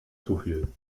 zufiel